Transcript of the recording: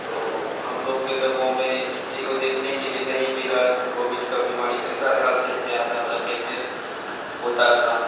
तो हम लोग के तो गाँव में किसी को देखने के लिए नहीं मिला कि कोविड की बिमारी कैसी थी कैसे आता था कैसे होता था